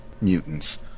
mutants